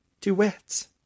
Duets